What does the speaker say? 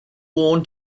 worn